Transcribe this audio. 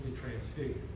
transfigured